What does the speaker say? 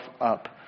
up